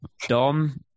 Dom